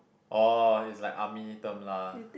oh it's like army term lah